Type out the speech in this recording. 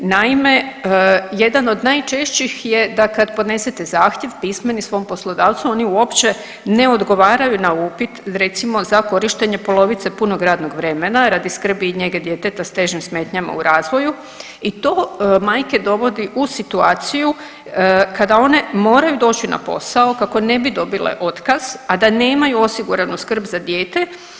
Naime, jedan od najčešćih je da kad podnesete zahtjev pismeni svom poslodavcu oni uopće ne odgovaraju na upit recimo za korištenje polovice punog radnog vremena radi skrbi i njege djeteta s težim smetnjama u razvoju i to majke dovodi u situaciju kada one moraju doći na posao kako ne bi dobile otkaz, a da nemaju osiguranu skrb za dijete.